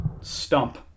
stump